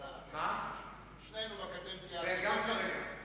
שנינו בקדנציה הקודמת התנגדנו, גם עכשיו.